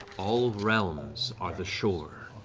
all realms are the shore.